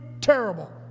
terrible